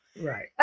Right